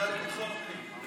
בפשיעה חקלאית,